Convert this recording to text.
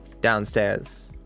Downstairs